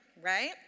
right